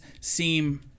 seem